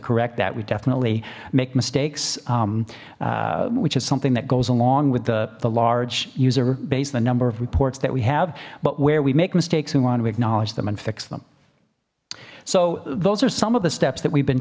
correct that we definitely make mistakes which is something that goes along with the the large user base the number of reports that we have but where we make mistakes we want to acknowledge them and fix them so those are some of the steps that we've been